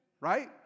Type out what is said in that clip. right